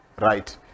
Right